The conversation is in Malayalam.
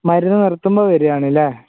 മരുന്ന് നിർത്തുമ്പോൾ വരുകയാണ് അല്ലേ